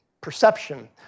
perception